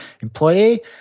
employee